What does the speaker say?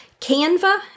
Canva